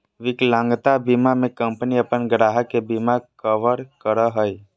विकलांगता बीमा में कंपनी अपन ग्राहक के बिमा कवर करो हइ